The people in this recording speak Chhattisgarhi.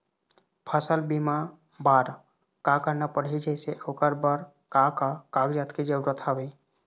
फसल बीमा बार का करना पड़ही जैसे ओकर बर का का कागजात के जरूरत हवे?